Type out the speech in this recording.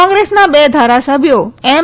કોંગ્રેસના બે ધારાસભ્યો એમ